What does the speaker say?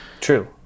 True